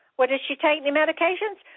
well, does she take any medications?